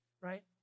right